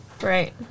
Right